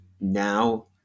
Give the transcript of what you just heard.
now